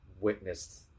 witnessed